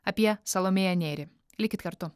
apie salomėją nėrį likit kartu